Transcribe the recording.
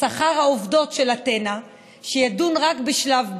שכר העובדות של אתנה שיידון רק בשלב ב',